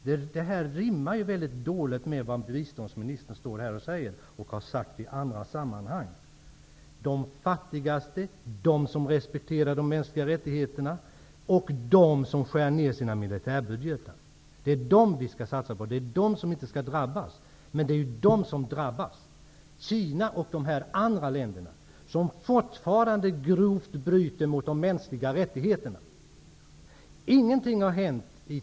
Detta rimmar mycket dåligt med vad biståndsministern står och säger här, och även har sagt i andra sammanhang, nämligen att det är de fattigaste, de som respekterar de mänskliga rättigheterna och de som skär ner sina militärbudgetar som vi skall satsa på. De skall inte drabbas, men det är ju de som drabbas. Kina och de andra länder som fortfarande grovt bryter mot de mänskliga rättigheterna drabbas inte.